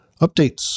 Updates